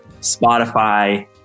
Spotify